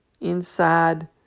inside